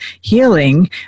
healing